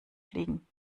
fliegen